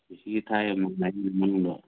ꯑꯦꯁꯤꯒ ꯊꯥꯏ ꯃꯅꯨꯡꯗ